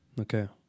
Okay